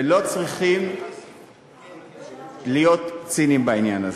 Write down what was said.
ולא צריכים להיות ציניים בעניין הזה.